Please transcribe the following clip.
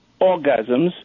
orgasms